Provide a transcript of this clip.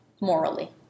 Morally